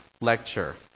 lecture